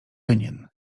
rynien